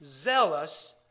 zealous